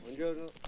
go